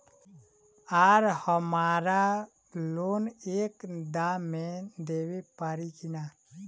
आर हमारा लोन एक दा मे देवे परी किना?